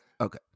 okay